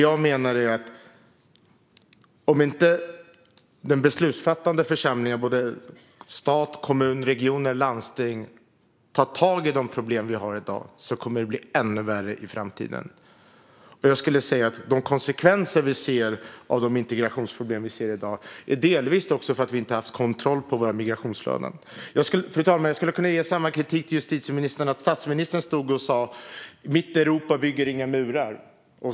Jag menar att om inte den beslutsfattande församlingen - stat, kommuner, regioner och landsting - tar tag i de problem som vi har i dag kommer det att bli ännu värre i framtiden. De konsekvenser som vi i dag ser av integrationsproblemen beror delvis på att vi inte har haft kontroll över våra migrationsflöden. Fru talman! Jag skulle kunna ge samma kritik till justitieministern. Statsministern stod och sa: Mitt Europa bygger inga murar.